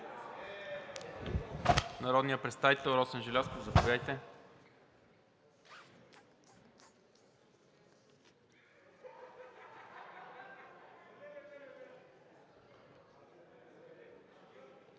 Народният представител Росен Желязков – заповядайте.